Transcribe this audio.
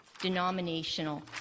denominational